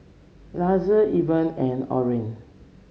Lizzie Elvin and Orren